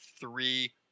three